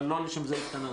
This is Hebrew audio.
אבל לא לשם זה התכנסנו.